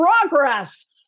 progress